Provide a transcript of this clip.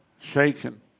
shaken